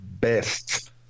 best